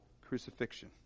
crucifixion